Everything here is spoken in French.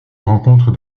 rencontre